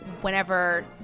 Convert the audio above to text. whenever